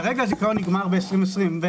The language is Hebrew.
הדיון כרגע הוא להאריך בשלוש שנים.